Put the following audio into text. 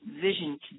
vision